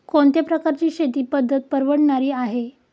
कोणत्या प्रकारची शेती पद्धत परवडणारी आहे?